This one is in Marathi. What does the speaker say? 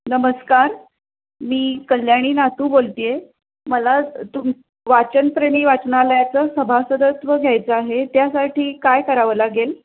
नमस्कार मी कल्याणी नातू बोलते आहे मला तुम वाचनप्रेमी वाचनालयाचं सभासदत्व घ्यायचं आहे त्यासाठी काय करावं लागेल